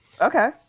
okay